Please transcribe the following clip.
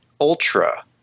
Ultra